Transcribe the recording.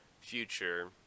future